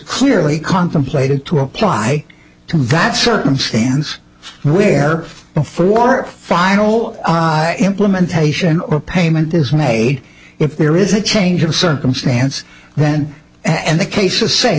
clearly contemplated to apply to that circumstance where before a final implementation or payment is made if there is a change of circumstance then and the cases say